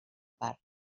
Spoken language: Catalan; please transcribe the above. part